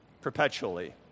perpetually